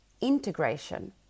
integration